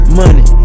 money